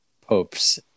popes